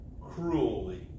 cruelly